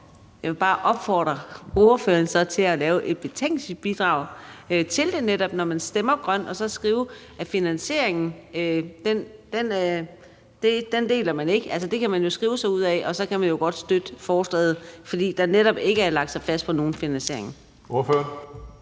Jeg vil bare opfordre ordføreren til så at lave et betænkningsbidrag til det, når man netop stemmer grønt, og så skrive, at finansieringen deler man ikke. Altså, det kan man skrive sig ud af, og så kan man jo godt støtte forslaget, fordi man netop ikke har lagt sig fast på nogen finansiering.